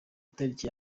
itariki